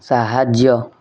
ସାହାଯ୍ୟ